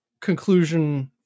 conclusion